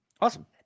Awesome